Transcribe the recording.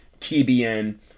tbn